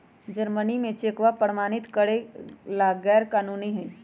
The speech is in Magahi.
जर्मनी में चेकवा के प्रमाणित करे ला गैर कानूनी हई